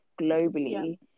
globally